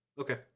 Okay